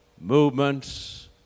movements